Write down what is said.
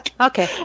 okay